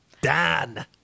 Dan